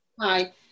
Hi